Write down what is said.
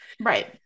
Right